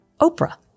Oprah